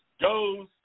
Goes